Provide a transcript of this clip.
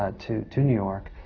ah to to new york.